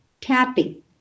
tapping